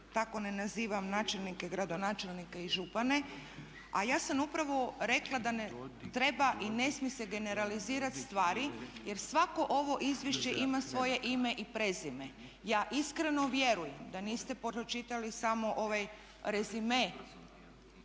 tako ne nazivam načelnike, gradonačelnike i župane, a ja sam upravo rekla da ne treba i ne smije se generalizirati stvari jer svako ovo izvješće ima svoje ime i prezime. Ja iskreno vjerujem da niste pročitali samo ovaj rezime